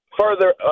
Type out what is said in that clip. further